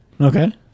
okay